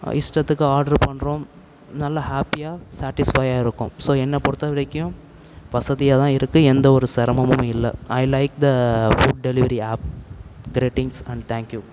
இஷ்டத்துக்கு ஆட்ரு பண்ணுறோம் நல்ல ஹாப்பியாக சாட்டிஸ்ஃபையாக இருக்கோம் ஸோ என்னை பொறுத்த வரைக்கும் வசதியாக தான் இருக்குது எந்த ஒரு சிரமமும் இல்லை I like the food delivery app greetings and thank you